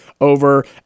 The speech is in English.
over